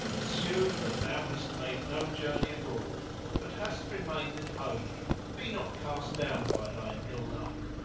assume that thou hast made no journey abroad but hast remained at home and be not cast down by thine ill luck.